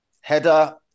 header